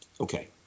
okay